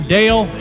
Dale